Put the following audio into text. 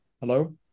Hello